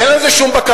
אין על זה שום בקרה,